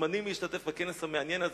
מוזמנים להשתתף בכנס המעניין הזה,